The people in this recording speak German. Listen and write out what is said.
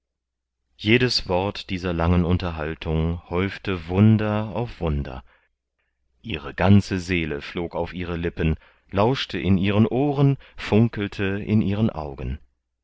jedes wort dieser langen unterhaltung häufte wunder auf wunder ihre ganze seele flog auf ihre lippen lauschte in ihren ohren funkelte in ihren augen